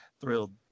thrilled